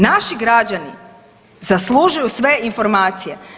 Naši građani zaslužuju sve informacije.